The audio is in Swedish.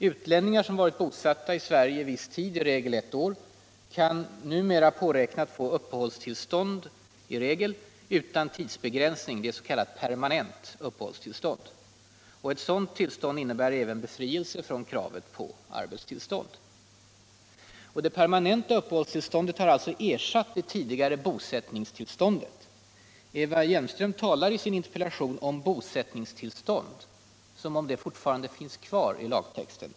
Utlänningar som varit bosatta i Sverige viss tid, som regel ett år, kan numera påräkna att få uppehållstillstånd — som regel utan tidsbegränsning, s.k. permanent uppehållstillstånd. Ett sådant tillstånd innebär även befrielse från kravet på arbetstillstånd. Det permanenta uppehållstillståndet har alltså ersatt det tidigare bosättningstillståndet. Eva Hjelmström talar i sin interpellation om bosättningstillstånd som om det fortfarande skulle finnas kvar i lagtexten.